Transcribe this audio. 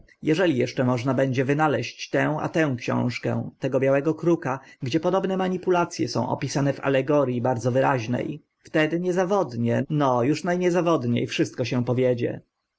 eżeli eszcze można będzie wynaleźć tę a tę książkę tego białego kruka gdzie podobne manipulac e są opisane w alegorii bardzo wyraźne wtedy niezawodnie no uż na niezawodnie wszystko się powiedzie